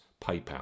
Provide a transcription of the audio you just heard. PayPal